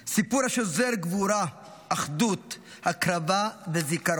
סיפור השוזר גבורה, אחדות, הקרבה וזיכרון.